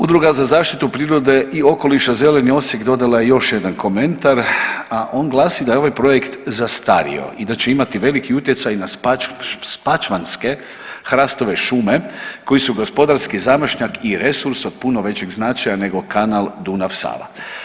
Udruga za zaštitu prirode i okoliša „Zeleni Osijek“ dodala je još jedan komentar, a on glasi da je ovaj projekt zastario i da će imati veliki utjecaj na spačvanske hrastove šume koji su gospodarski zamašnjak i resurs od puno većeg značaja nego kanal Dunav – Sava.